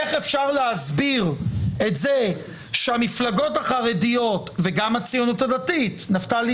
איך אפשר להסביר את זה שהמפלגות החרדיות וגם הציונות הדתית נפתלי